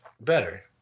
better